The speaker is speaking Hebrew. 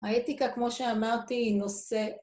‫האתיקה, כמו שאמרתי, היא נושא...